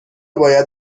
باید